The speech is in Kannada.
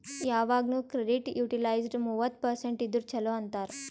ಯವಾಗ್ನು ಕ್ರೆಡಿಟ್ ಯುಟಿಲೈಜ್ಡ್ ಮೂವತ್ತ ಪರ್ಸೆಂಟ್ ಇದ್ದುರ ಛಲೋ ಅಂತಾರ್